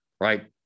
Right